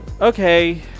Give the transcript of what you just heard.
Okay